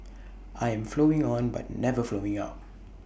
I am flowing on but never flowing out